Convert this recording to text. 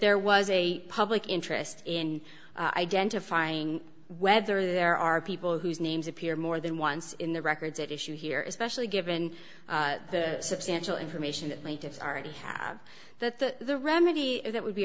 there was a public interest in identifying whether there are people whose names appear more than once in the records at issue here is special given the substantial information that we just already have that the remedy that would be